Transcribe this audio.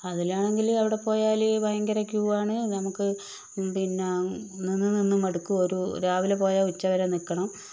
അതിലാണെങ്കിൽ അവിടെ പോയാൽ ഭയങ്കര ക്യുവാണ് നമുക്ക് പിന്നെ നിന്ന് നിന്ന് മടുക്കും ഓരോ രാവിലെ പോയ ഉച്ച വരെ നിൽക്കണം